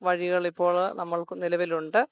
വഴികളിപ്പോൾ നമ്മൾക്ക് നിലവിലുണ്ട്